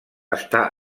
està